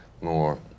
more